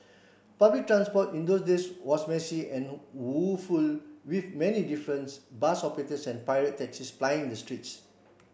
public transport in those days was messy and woeful with many difference bus operators and pirate taxis plying the streets